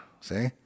See